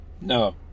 No